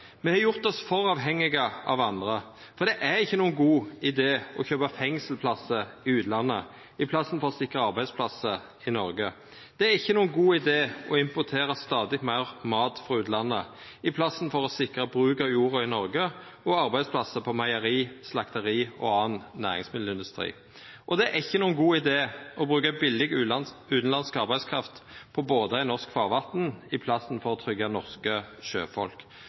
Me har gjort oss for avhengige av andre. For det er ikkje nokon god idé å kjøpa fengselsplassar i utlandet i plassen for å sikra arbeidsplassar i Noreg. Det er ikkje nokon god idé å importera stadig meir mat frå utlandet i plassen for å sikra bruk av jorda i Noreg og arbeidsplassar på meieri, slakteri og annan næringsmiddelindustri. Og det er ikkje nokon god idé å bruka billig utanlandsk arbeidskraft på båtar i norsk farvatn i plassen for å tryggja norske sjøfolk.